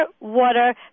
water